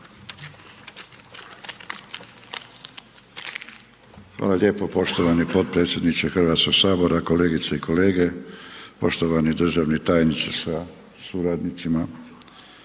Hvala lijepo poštovani potpredsjedniče Hrvatskog sabora, kolegice i kolege, poštovani državni tajniče sa suradnicima.